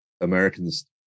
Americans